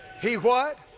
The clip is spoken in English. he what?